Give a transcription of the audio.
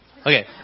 Okay